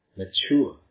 mature